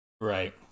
Right